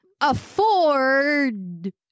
afford